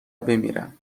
بمیرم